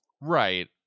Right